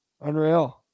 Unreal